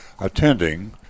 attending